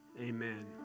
amen